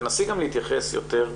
תנסי להתייחס יותר,